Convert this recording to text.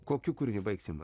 kokiu kūriniu baigsim